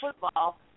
football